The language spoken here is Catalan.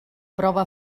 prova